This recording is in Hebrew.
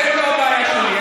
אתם לא בעיה שלי.